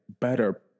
better